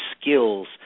skills